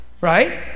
Right